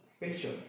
picture